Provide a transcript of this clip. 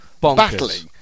battling